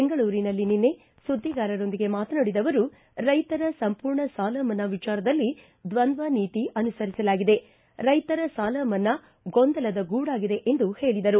ಬೆಂಗಳೂರಿನಲ್ಲಿ ನಿನ್ನೆ ಸುದ್ಲಿಗಾರರೊಂದಿಗೆ ಮಾತನಾಡಿದ ಅವರು ರೈತರ ಸಂಪೂರ್ಣ ಸಾಲಮನ್ನಾ ವಿಚಾರದಲ್ಲಿ ದ್ವಂದ್ವ ನೀತಿ ಅನುಸರಿಸಲಾಗಿದೆ ರೈಶರ ಸಾಲಮನ್ನಾ ಗೊಂದಲದ ಗೂಡಾಗಿದೆ ಎಂದು ಹೇಳಿದರು